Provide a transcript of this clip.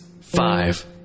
five